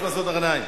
מסעוד גנאים.